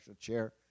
chair